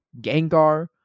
Gengar